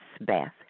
bath